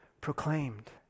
proclaimed